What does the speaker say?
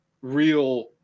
real